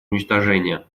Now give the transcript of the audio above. уничтожения